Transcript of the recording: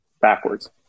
backwards